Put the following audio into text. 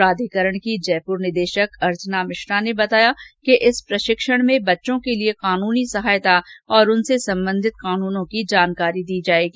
प्राधिकरण की जयपुर निदेशक अर्चना मिश्रा ने बताया कि इस प्रशिक्षण में बच्चों के लिए कानूनी सहायता और उनसे संबंधित कानूनों की जानकारी दी जाएगी